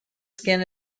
skin